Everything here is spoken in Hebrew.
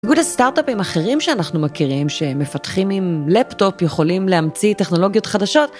בניגוד לסטארט-אפים אחרים שאנחנו מכירים שמפתחים עם לפטופ יכולים להמציא טכנולוגיות חדשות.